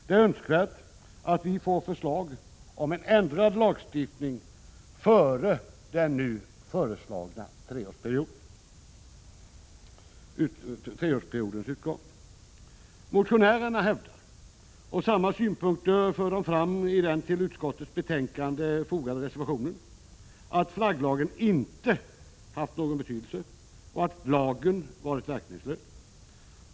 Det är önskvärt att vi får förslag om en ändrad lagstiftning före den nu föreslagna treårsperiodens utgång. Motionärerna hävdar, och samma synpunkter förs fram i den till utskottets betänkande fogade reservationen, att flagglagen inte haft någon betydelse och att lagen varit verkningslös.